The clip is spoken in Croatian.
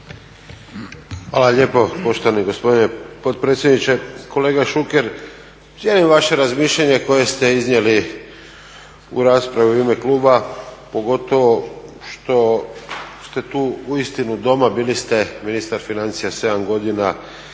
Hvala lijepo poštovani gospodine potpredsjedniče. Kolega Šuker, cijenim vaše razmišljanje koje ste iznijeli u raspravi u ime kluba, pogotovo što ste tu uistinu doma, bili ste ministar financija 7 godina